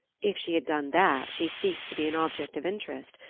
if she had done that, she ceased to be an object of interest,